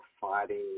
fighting